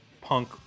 punk